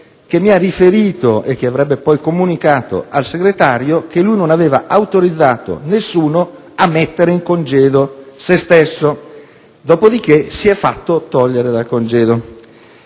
quale mi ha riferito - come avrebbe poi comunicato al Segretario generale - che lui non aveva autorizzato nessuno a mettere in congedo se stesso, dopodiché si è fatto togliere dal congedo.